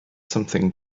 something